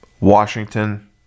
Washington